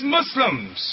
Muslims